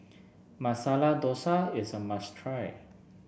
Masala Dosa is a must try